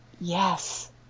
Yes